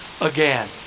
again